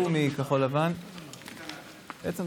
מתחייב אני ברכות ותודה רבה לכם.